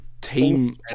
team